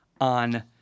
on